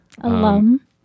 Alum